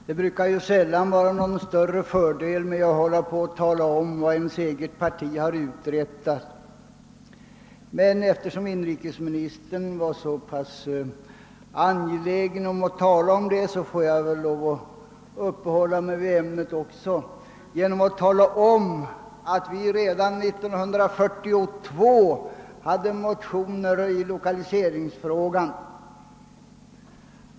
Herr talman! Det är sällan någon större mening med att hålla på att tala om vad ens eget parti har uträttat. Men eftersom inrikesministern är så angelägen om att göra det får väl jag också uppehålla mig vid det ämnet genom att tala om, att vi redan år 1942 väckte motioner i lokaliseringsfrågan.